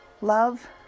love